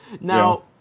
Now